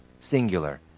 singular